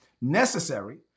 necessary